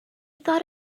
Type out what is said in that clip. thought